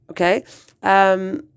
okay